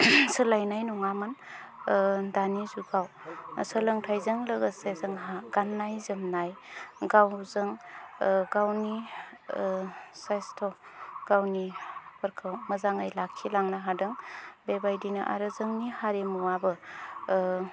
सोलायनाय नङामोन दानि जुगाव सोलोंथाइजों लोगोसे जोंहा गाननाय जोमनाय गावजों गावनि साइसथ' गावनिफोरखौ मोजाङै लाखिलांनो हादों बेबायदिनो आरो जोंनि हारिमुवाबो